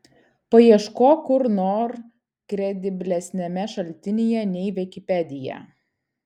paieškok kur nor krediblesniame šaltinyje nei vikipedija